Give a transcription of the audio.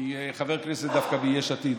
חבר כנסת דווקא מיש עתיד,